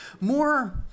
more